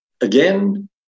again